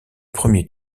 premier